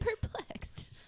perplexed